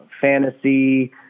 fantasy